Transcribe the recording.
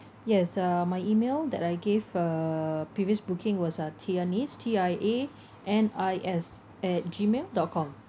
yes uh my email that I gave uh previous booking was uh tianis T I A N I S at Gmail dot com